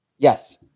Yes